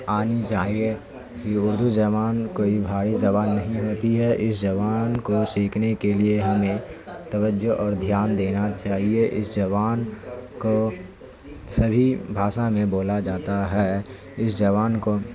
آنی چاہیے یہ اردو زبان کوئی بھاری زبان نہیں ہوتی ہے اس زبان کو سیکھنے کے لیے ہم نے توجہ اور دھیان دینا چاہیے اس زبان کو سبھی بھاشا میں بولا جاتا ہے اس زبان کو